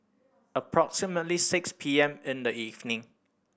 approximately six P M in the evening